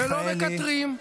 ולא מקטרים.